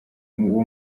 uwo